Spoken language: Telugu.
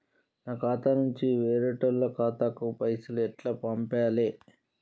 నా ఖాతా నుంచి వేరేటోళ్ల ఖాతాకు పైసలు ఎట్ల పంపాలే?